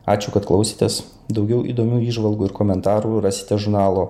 ačiū kad klausėtės daugiau įdomių įžvalgų ir komentarų rasite žurnalo